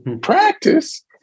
Practice